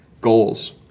goals